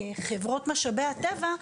כחברות משאבי הטבע,